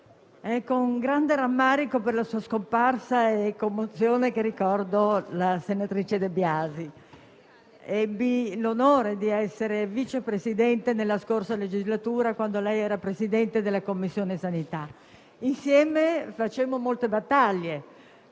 È con grande rammarico per la sua scomparsa e con commozione che ricordo la senatrice De Biasi. Ebbi l'onore di essere Vice Presidente, nella scorsa legislatura, quando lei era Presidente della Commissione sanità. Insieme facemmo molte battaglie,